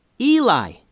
Eli